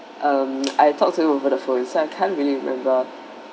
um I talk to over the phone so I can't really remember